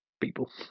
people